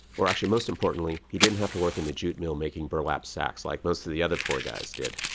or actually, most importantly, he didn't have to work in the jute mill making burlap sacks like most of the other poor guys did.